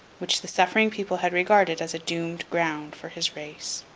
which the suffering people had regarded as a doomed ground for his race.